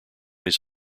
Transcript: his